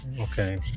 Okay